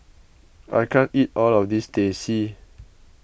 I can't eat all of this Teh C